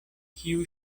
kiu